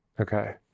Okay